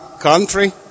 country